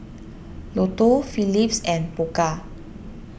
Lotto Phillips and Pokka